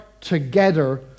together